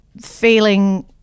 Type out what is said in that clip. feeling